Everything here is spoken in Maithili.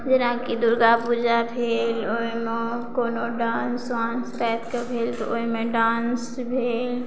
जेनाकि दुर्गा पूजा भेल ओहिमे कोनो डान्स ताॅंस टाइपके भेल तऽ ओहिमे डान्स भेल